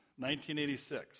1986